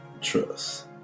trust